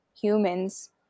humans